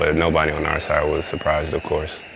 ah nobody on our side was surprised of course.